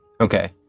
Okay